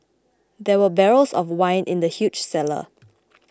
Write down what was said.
there were barrels of wine in the huge cellar